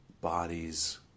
bodies